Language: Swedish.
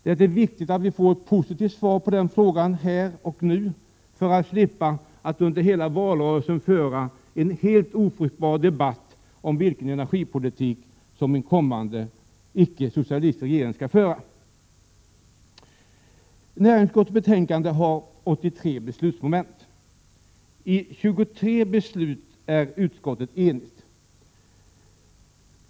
Det är viktigt att vi får ett positivt svar på den frågan här och nu för att slippa att under hela valrörelsen föra en helt ofruktbar debatt om vilken energipolitik som en kommande icke-socialistisk regeringen skall föra. Näringsutskottets betänkande har 83 beslutsmoment. I 23 moment är utskottet enigt.